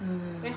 uh